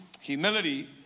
Humility